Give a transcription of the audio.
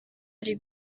ari